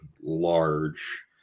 large